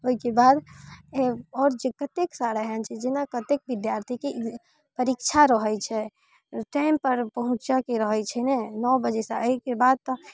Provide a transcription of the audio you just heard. ओइके बाद आओर जे कतेक सारा एहन छै जेना कते विद्यार्थीके इग परीक्षा रहै छै टाइमपर पहुँचऽके रहै छै ने नओ बजेसँ अइके बाद तऽ